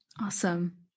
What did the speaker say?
Awesome